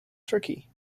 turkey